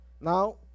now